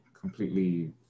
completely